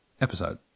episode